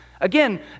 Again